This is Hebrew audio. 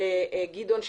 גדעון,